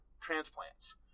transplants